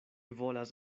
volas